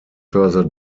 further